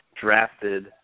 drafted